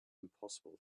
impossible